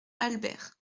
albert